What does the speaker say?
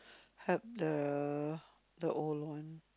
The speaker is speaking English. help the the old one